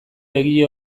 egile